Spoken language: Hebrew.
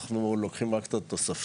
אנחנו לוקחים רק את התוספתי.